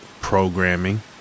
programming